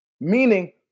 meaning